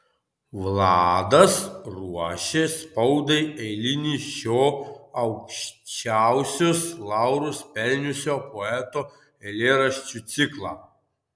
vladas ruošė spaudai eilinį šio aukščiausius laurus pelniusio poeto eilėraščių ciklą